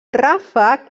ràfec